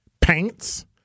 paints